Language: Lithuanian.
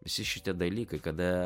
visi šitie dalykai kada